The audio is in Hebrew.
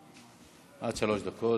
עד שלוש דקות.